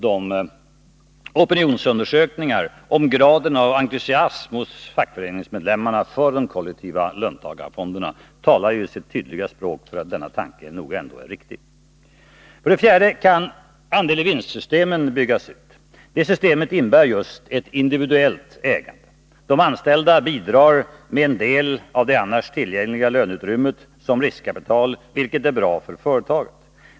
De opinionsundersökningar som gjorts om graden av entusiasm hos fackföreningsmedlemmarna för de kollektiva löntagarfonderna talar sitt tydliga språk och visar att denna tanke nog är riktig. För det fjärde kan andel-i-vinst-systemet byggas ut. Det systemet innebär just ett individuellt ägande. De anställda bidrar med en del av det annars tillgängliga löneutrymmet som riskkapital, vilket är bra för företaget.